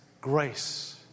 grace